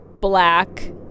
black